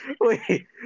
Wait